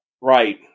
Right